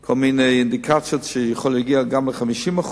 כל מיני אינדיקציות זה יכול להגיע גם ל-50%.